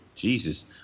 Jesus